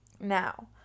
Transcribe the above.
Now